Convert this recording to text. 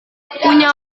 punya